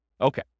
Okay